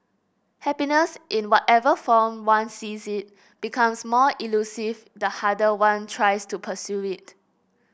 happiness in whatever form one sees it becomes more elusive the harder one tries to pursue it